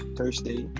Thursday